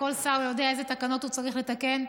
כל שר יודע איזה תקנות הוא צריך לתקן,